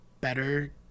better